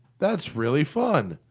that's really fun!